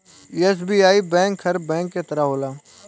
SBI bank हर bank के तरह होला